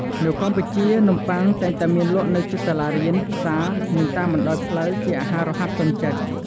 នៅកម្ពុជា នំបុ័ង តែងតែមានលក់នៅជិតសាលារៀន ផ្សារ និងតាមបណ្តាលផ្លូវជាអាហាររហ័សទាន់ចិត្ត។